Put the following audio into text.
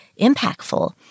impactful